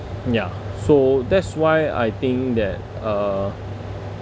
ya so that's why I think that uh